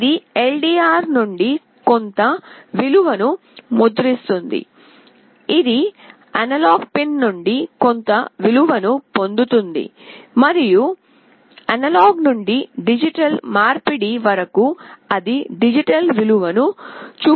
ఇది LDR నుండి కొంత విలువను ముద్రిస్తుంది ఇది అనలాగ్ పిన్ నుండి కొంత విలువను పొందుతోంది మరియు అనలాగ్ నుండి డిజిటల్ మార్పిడి వరకు అది డిజిటల్ విలువను చూపుతోంది